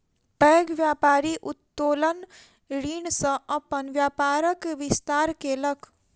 पैघ व्यापारी उत्तोलन ऋण सॅ अपन व्यापारक विस्तार केलक